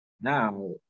now